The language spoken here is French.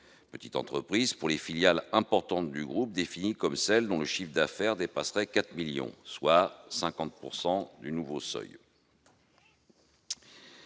Petite entreprise " pour les filiales importantes du groupe, définies comme celles dont le chiffre d'affaires dépasse 4 millions d'euros, soit 50 % du nouveau seuil,